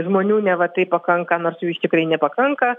žmonių neva tai pakanka nors jų tikrai nepakanka